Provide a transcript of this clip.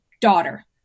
daughter